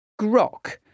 Grok